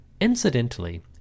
Incidentally